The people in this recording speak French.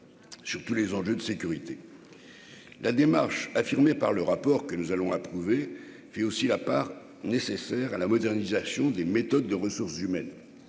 sur tous les enjeux de sécurité la démarche affirmé par le rapport que nous allons approuver fait aussi la part nécessaire à la modernisation des méthodes de ressources humaines,